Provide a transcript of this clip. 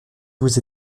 vous